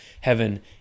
heaven